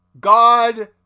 God